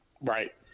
right